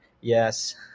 Yes